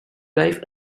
life